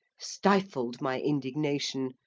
stifled my indignation,